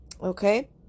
Okay